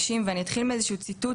על ידי אוואטרים שלנו.